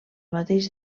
mateix